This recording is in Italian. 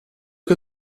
che